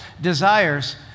desires